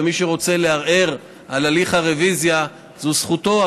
ומי שרוצה לערער על הליך הרוויזיה זו זכותו,